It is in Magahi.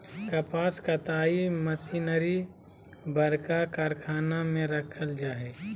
कपास कताई मशीनरी बरका कारखाना में रखल जैय हइ